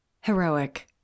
Heroic